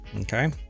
Okay